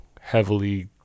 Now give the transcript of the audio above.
heavily